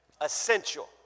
Essential